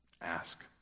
ask